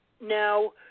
Now